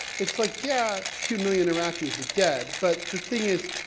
it's like yeah, two million iraqis were dead. but the thing is,